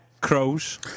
crows